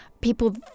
people